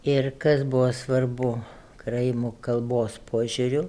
ir kas buvo svarbu karaimų kalbos požiūriu